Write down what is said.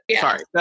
sorry